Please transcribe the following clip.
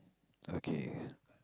okay